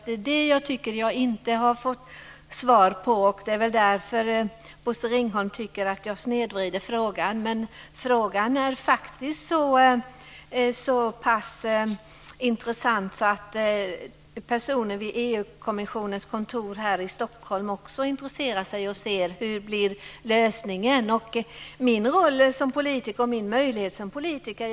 Det är det jag tycker att jag inte har fått svar på, och det är väl därför Bosse Ringholm tycker att jag snedvrider frågan. Men frågan är faktiskt såpass intressant att personer vid EU-kommissionens kontor här i Stockholm också intresserar sig och undrar hur lösningen blir. Det här är ju min möjlighet i min roll som politiker.